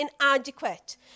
inadequate